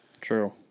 True